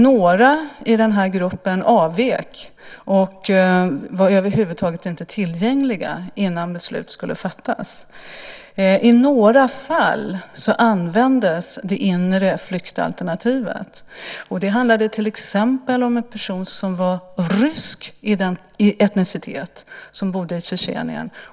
Några i den här gruppen avvek och var över huvud taget inte tillgängliga innan beslut skulle fattas. I några fall användes det inre flyktalternativet. Det handlade till exempel om en person som var av rysk etnicitet och som bodde i Tjetjenien.